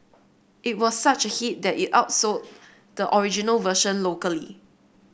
it was such a hit that it outsold the original version locally